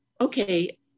okay